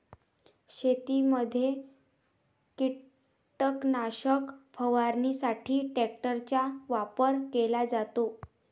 शेतीमध्ये कीटकनाशक फवारणीसाठी ट्रॅक्टरचा वापर केला जातो